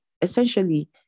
essentially